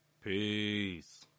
Peace